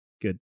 good